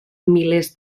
milers